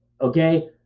okay